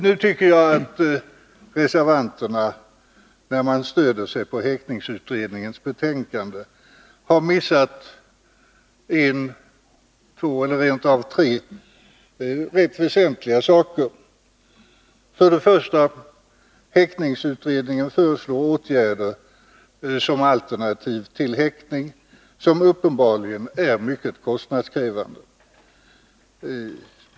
Jag tycker emellertid att när reservanterna stöder sig på häktningsutredningens betänkande så har de missat en, två eller rent av tre rätt väsentliga saker. För det första: Utredningen föreslår som alternativ till häktning åtgärder som uppenbarligen är mycket kostnadskrävande.